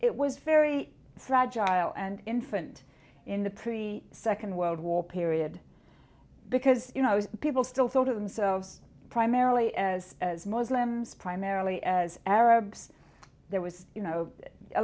it was very fragile and infant in the pre second world war period because you know people still thought of themselves primarily as as muslims primarily as arabs there was you know a